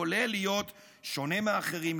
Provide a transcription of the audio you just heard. כולל להיות שונה מהאחרים,